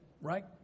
right